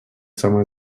самая